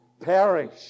perish